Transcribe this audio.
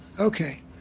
Okay